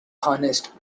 honest